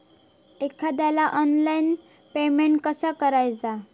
एखाद्याला online payment कसा करायचा?